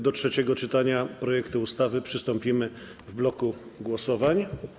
Do trzeciego czytania projektu ustawy przystąpimy w bloku głosowań.